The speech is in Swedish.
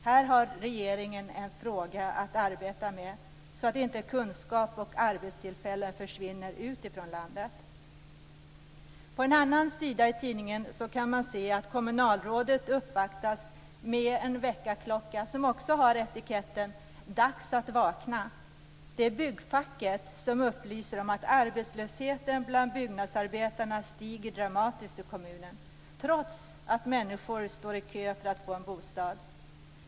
Här har regeringen en fråga att arbeta med så att inte kunskap och arbetstillfällen försvinner ut ur landet. På en annan sida i tidningen står det om hur kommunalrådet uppvaktas med en väckarklocka som också har etiketten "Dags att vakna". Det är byggfacket som upplyser om att arbetslösheten bland byggnadsarbetarna stiger dramatiskt i kommunen, trots att människor står i kö för att få en bostad.